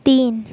तीन